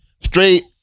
straight